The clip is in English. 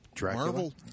Marvel